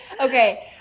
okay